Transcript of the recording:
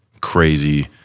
crazy